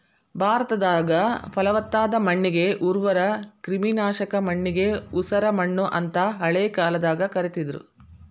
ಭಾರತದಾಗ, ಪಲವತ್ತಾದ ಮಣ್ಣಿಗೆ ಉರ್ವರ, ಕ್ರಿಮಿನಾಶಕ ಮಣ್ಣಿಗೆ ಉಸರಮಣ್ಣು ಅಂತ ಹಳೆ ಕಾಲದಾಗ ಕರೇತಿದ್ರು